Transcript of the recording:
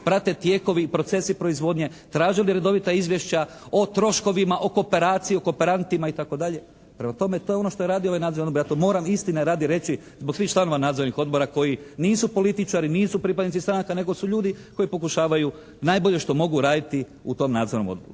prate tijekovi i procesi proizvodnje, tražili redovita izvješća o troškovima, o kooperaciji, o kooperantima itd. Prema tome to je ono što je radio ovaj nadzorni odbor. Ja to moram istine radi reći zbog članova nadzornih odbora koji nisu političari, nisu pripadnici stranaka, nego su ljudi koji pokušavaju najbolje što mogu raditi u tom nadzornom odboru.